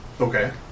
Okay